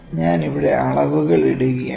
ഞാൻ ഇവിടെ അളവുകൾ ഇടുകയാണ്